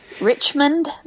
Richmond